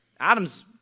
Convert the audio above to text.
Adam's